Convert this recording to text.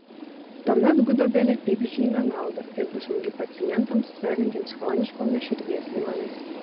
tuomet gudobelė teiks žymią naudą ir bus saugi pacientams sergantiems chroniškomis širdies ligomis